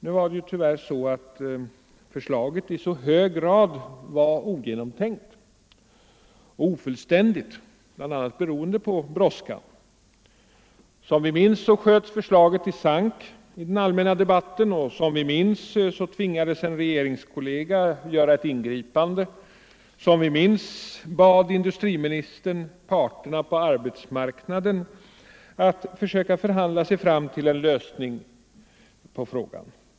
Nu var det tyvärr så att förslaget i hög grad var ogenomtänkt och ofullständigt bl.a. beroende på brådskan. Som vi minns sköts förslaget i sank i den allmänna debatten. Som vi minns tvingades en regeringskollega att göra ett ingripande. Som vi minns bad industriministern parterna på arbetsmarknaden att försöka förhandla sig fram till en lösning av frågan.